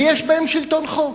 ויש בהן שלטון חוק.